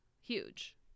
huge